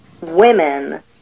women